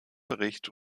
bericht